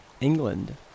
England